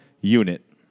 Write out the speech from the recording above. unit